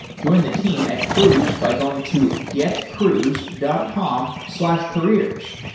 join the team at cruise by going to getcruise dot com slash careers.